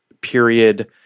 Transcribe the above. period